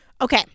Okay